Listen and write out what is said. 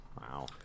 wow